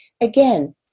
Again